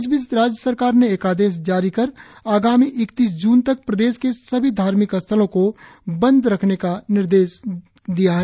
इस बीच राज्य सरकार ने एक आदेश जारी कर आगामी इकतीस जून तक प्रदेश के सभी धार्मिक स्थलों को बंद रखने का निर्देश दिया है